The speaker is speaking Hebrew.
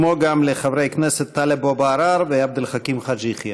וגם לחברי הכנסת טלב אבו עראר ועבד אל חכים חאג' יחיא.